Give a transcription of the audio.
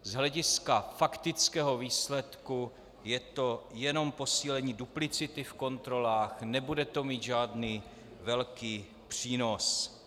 Z hlediska faktického výsledku je to jenom posílení duplicity v kontrolách, nebude to mít žádný velký přínos.